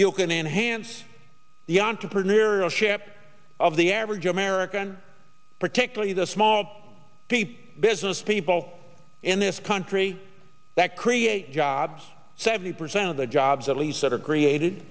you can enhance the entrepreneurial ship of the average american particularly the small people business people in this country that create jobs seventy percent of the jobs at least that are created